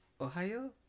Ohio